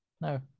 no